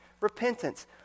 repentance